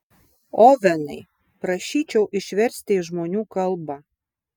ovenai prašyčiau išversti į žmonių kalbą